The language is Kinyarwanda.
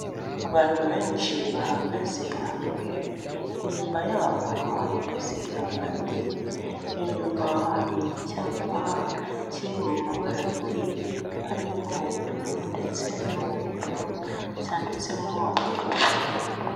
Abantu benshi bahagaze hamwe, inyuma yabo hahagaze abandi, inyuma hari icyapa kiri mu mabara abiri, harimo ubururu ndetse n'umweru, cyanditsemo amagambo.